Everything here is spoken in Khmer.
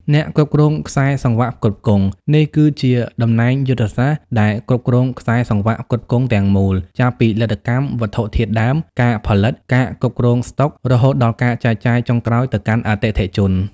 អ្នកគ្រប់គ្រងខ្សែសង្វាក់ផ្គត់ផ្គង់ នេះគឺជាតំណែងយុទ្ធសាស្ត្រដែលគ្រប់គ្រងខ្សែសង្វាក់ផ្គត់ផ្គង់ទាំងមូល ចាប់ពីលទ្ធកម្ម វត្ថុធាតុដើម ការផលិត ការគ្រប់គ្រងស្តុក រហូតដល់ការចែកចាយចុងក្រោយទៅកាន់អតិថិជន។